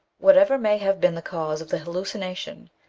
whatever may have been the cause of the hallucina tion,